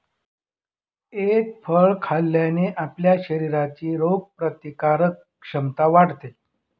egg फळ खाल्ल्याने आपल्या शरीराची रोगप्रतिकारक क्षमता वाढते